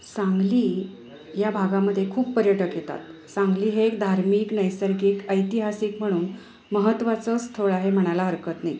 सांगली या भागामध्ये खूप पर्यटक येतात सांगली हे एक धार्मिक नैसर्गिक ऐतिहासिक म्हणून महत्वाचं स्थळ आहे म्हणायला हरकत नाही